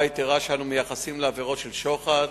היתירה שאנו מייחסים לעבירות של שוחד,